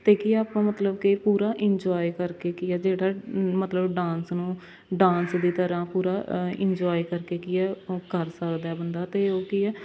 ਅਤੇ ਕੀ ਆ ਆਪਾਂ ਮਤਲਬ ਕਿ ਪੂਰਾ ਇੰਜੋਏ ਕਰ ਕੇ ਕੀ ਆ ਜਿਹੜਾ ਮਤਲਬ ਡਾਂਸ ਨੂੰ ਡਾਂਸ ਦੀ ਤਰ੍ਹਾਂ ਪੂਰਾ ਇੰਜੋਏ ਕਰ ਕੇ ਕੀ ਹੈ ਕਰ ਸਕਦਾ ਬੰਦਾ ਅਤੇ ਉਹ ਕੀ ਹੈ